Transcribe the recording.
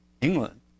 England